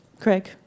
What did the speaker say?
Craig